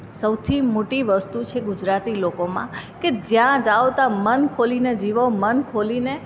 સૌથી મોટી વસ્તુ છે ગુજરાતી લોકોમાં કે જ્યાં જાઓ તા મન ખોલીને જીવો મન ખોલીને